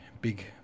big